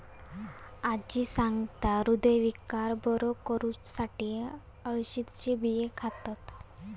आजी सांगता, हृदयविकार बरो करुसाठी अळशीचे बियो खातत